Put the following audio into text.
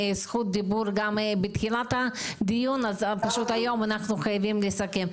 זכות הדיבור גם בתחילת הדיון פשוט היום אנחנו חייבים לסכם,